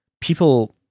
people